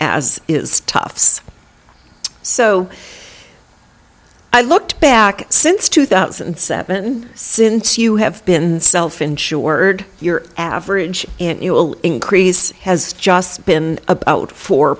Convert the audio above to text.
as is toughs so i looked back since two thousand and seven since you have been self insured your average annual increase has just been about four